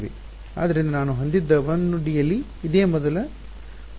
ಆದ್ದರಿಂದ ನಾನು ಹೊಂದಿದ್ದ 1 ಡಿ ಯಲ್ಲಿ ಇದೇ ಮೂಲ ಕಲ್ಪನೆ ಇದೆ